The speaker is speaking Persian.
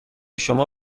شما